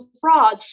fraud